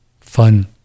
fun